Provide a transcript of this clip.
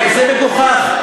זה מגוחך.